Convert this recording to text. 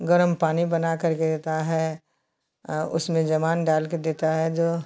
गरम पानी बनाकर देता है उसमें ज़माइन डालकर देता है